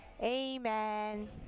Amen